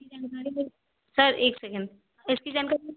इसकी जानकारी में सर एक सेकंड इसकी जानकारी में